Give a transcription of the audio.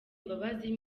mbabazi